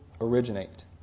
originate